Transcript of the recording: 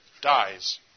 dies